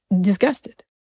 disgusted